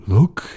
Look